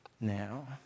Now